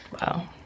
Wow